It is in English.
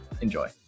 Enjoy